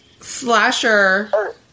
Slasher